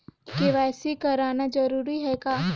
KYC कराना जरूरी है का?